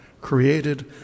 created